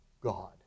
God